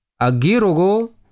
agirogo